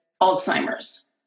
Alzheimer's